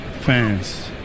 fans